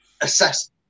assess